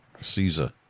Caesar